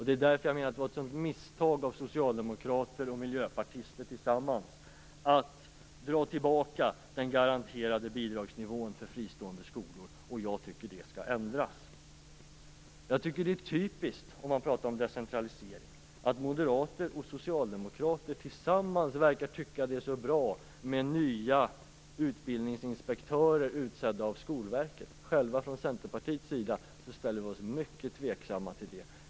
Därför menar jag att det var ett misstag av socialdemokrater och miljöpartister att dra tillbaka den garanterade bidragsnivån för fristående skolor. Jag tycker att det skall ändras. När vi talar om decentralisering är det typiskt att moderater och socialdemokrater tillsammans verkar tycka att det är så bra med nya utbildningsinspektörer utsedda av Skolverket. Vi från Centerpartiet ställer oss mycket tveksamma till det.